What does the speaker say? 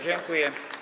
Dziękuję.